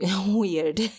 weird